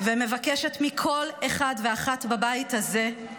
ומבקשת מכל אחד ואחת בבית הזה,